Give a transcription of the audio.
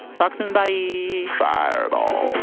talk soon, bye yeah fireball